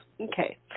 Okay